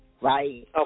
right